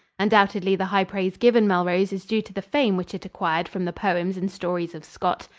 undoubtedly the high praise given melrose is due to the fame which it acquired from the poems and stories of scott.